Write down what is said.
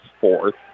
fourth